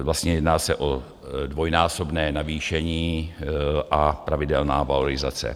Vlastně jedná se o dvojnásobné navýšení a pravidelná valorizace.